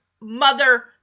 mother